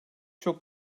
çok